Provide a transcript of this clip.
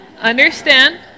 Understand